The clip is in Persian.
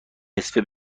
نصفه